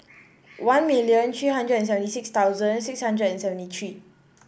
one million three hundred and seventy six thousand six hundred and seventy three